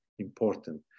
Important